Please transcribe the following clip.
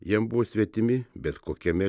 jam buvo svetimi bet kokiame